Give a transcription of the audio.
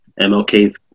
MLK